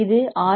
இது ஆர்